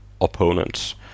opponents